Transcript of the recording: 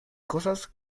cosas